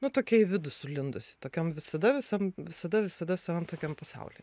nu tokia į vidų sulindus tokiom visada visam visada visada savam tokiam pasauly